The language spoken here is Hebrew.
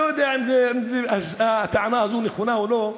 אני לא יודע אם הטענה הזאת נכונה או לא,